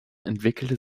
entwickelte